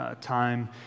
time